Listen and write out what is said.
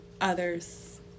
others